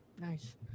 Nice